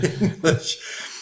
English